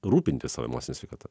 rūpintis savo emocine sveikata